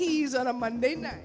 keys on a monday night